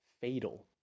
fatal